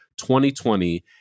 2020